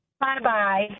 Bye-bye